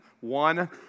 one